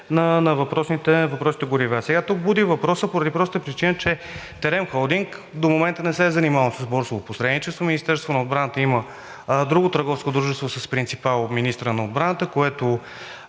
на въпросните горива. Тук буди въпросът, поради простата причина, че „Терем холдинг“ до момента не се е занимавал с борсово посредничество. Министерството на отбраната има друго търговско дружество с принципал министърът на отбраната, което